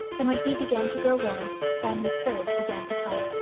and when he began to grow warm, diamond's courage began to come